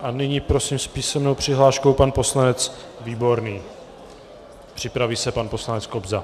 A nyní prosím, s písemnou přihláškou pan poslanec Výborný, připraví se pan poslanec Kobza.